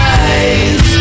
eyes